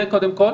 זה קודם כל.